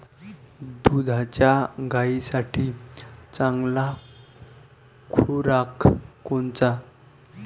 दुधाच्या गायीसाठी चांगला खुराक कोनचा?